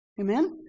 Amen